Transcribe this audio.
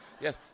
Yes